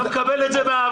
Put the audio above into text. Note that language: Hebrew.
והוא היה מקבל את זה באהבה,